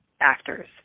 actors